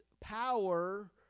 power